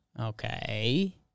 Okay